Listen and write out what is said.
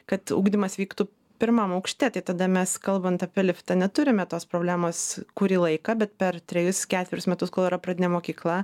kad ugdymas vyktų pirmam aukšte tai tada mes kalbant apie liftą neturime tos problemos kurį laiką bet per trejus ketverius metus kol yra pradinė mokykla